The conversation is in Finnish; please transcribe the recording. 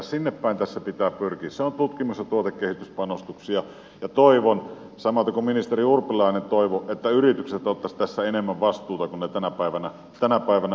sinnepäin tässä pitää pyrkiä ne ovat tutkimus ja tuotekehityspanostuksia ja toivon samaten kuin ministeri urpilainen toivoi että yritykset ottaisivat tässä enemmän vastuuta kuin ne tänä päivänä ottavat